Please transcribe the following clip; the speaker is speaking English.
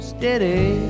Steady